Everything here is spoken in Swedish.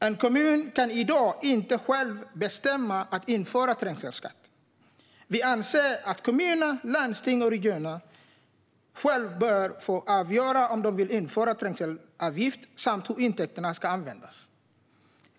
En kommun kan i dag inte själv bestämma om införande av trängselskatt. Vi anser att kommuner, landsting och regioner själva bör få avgöra om de vill införa trängselavgift samt hur intäkterna ska användas.